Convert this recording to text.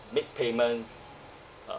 make payments uh